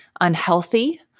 unhealthy